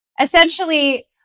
essentially